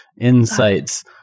insights